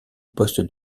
poste